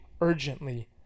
urgently